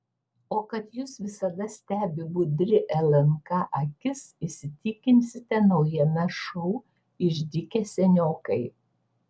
o kad jus visada stebi budri lnk akis įsitikinsite naujame šou išdykę seniokai